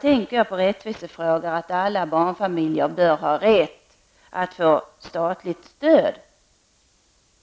Det gäller rättvisefrågor som att alla barnfamiljer bör ha rätt att få statligt stöd.